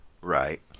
Right